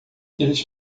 eles